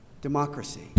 democracy